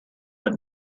what